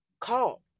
call